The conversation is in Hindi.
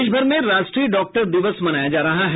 आज देशभर में राष्ट्रीय डॉक्टर दिवस मनाया जा रहा है